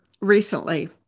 recently